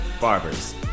Barbers